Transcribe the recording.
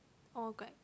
all get